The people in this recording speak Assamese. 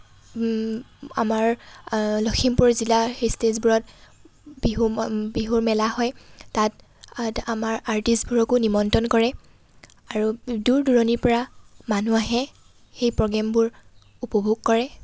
আমাৰ আ লখিমপুৰ জিলাৰ ষ্টেজবোৰত বিহু ম বিহু মেলা হয় তাত আমাৰ আৰ্টিষ্টবোৰকো নিমন্ত্ৰণ কৰে আৰু দূৰ দূৰণিৰ পৰা মানুহ আহে সেই প্ৰগ্ৰেমবোৰ উপভোগ কৰে